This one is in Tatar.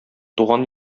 туган